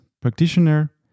practitioner